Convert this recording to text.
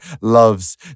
loves